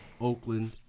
Oakland